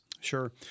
Sure